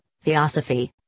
Theosophy